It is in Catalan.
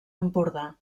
empordà